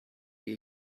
ihr